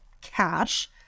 cash